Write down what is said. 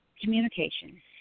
Communication